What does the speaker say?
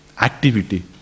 activity